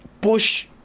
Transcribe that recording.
push